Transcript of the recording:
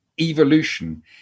evolution